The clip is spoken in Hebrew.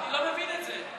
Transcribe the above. אני לא מבין את זה.